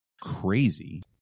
Crazy